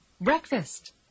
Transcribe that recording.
Breakfast